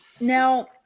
Now